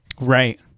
Right